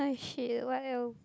!oh shit! what else